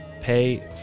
pay